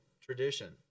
tradition